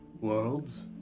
Worlds